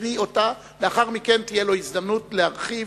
יקריא אותה, ולאחר מכן תהיה לו הזדמנות להרחיב.